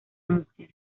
mujer